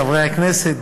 חברי הכנסת,